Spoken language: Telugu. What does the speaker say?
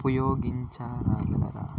ఉపయోగించగలరా